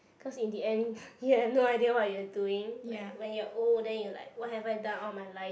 cause in the end you have no idea what you are doing like when you are old then you are like what have I done all my life